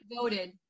voted